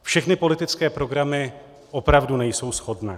Všechny politické programy opravdu nejsou shodné.